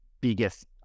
biggest